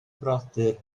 brodyr